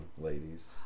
ladies